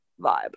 vibe